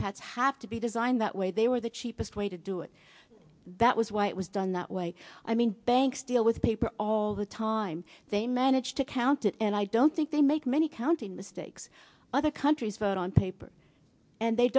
pads have to be designed that way they were the cheapest way to do it that was why it was done that way i mean banks deal with paper all the time they manage to count it and i don't think they make many counting mistakes other countries vote on paper and they